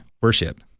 worship